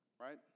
right